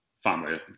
Family